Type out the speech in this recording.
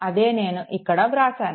అదే నేను ఇక్కడ వ్రాసాను